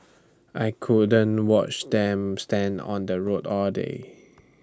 I couldn't watch them stand on the road all day